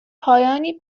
پایانی